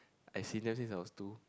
I see them since I was two